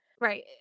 Right